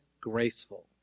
graceful